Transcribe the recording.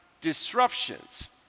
disruptions